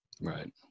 right